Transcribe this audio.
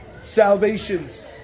salvations